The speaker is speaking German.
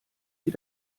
sie